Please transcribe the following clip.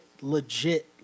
legit